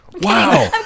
Wow